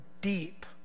deep